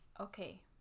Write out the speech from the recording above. Okay